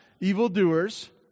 evildoers